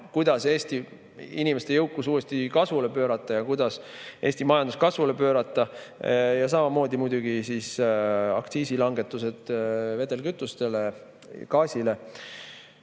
kuidas Eesti inimeste jõukus uuesti kasvule pöörata ja kuidas Eesti majandus kasvule pöörata. Samamoodi muidugi aktsiisilangetused vedelkütustele, gaasile.